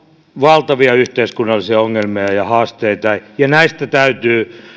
valtavia yhteiskunnallisia ongelmia ja ja haasteita ja näistä täytyy